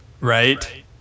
right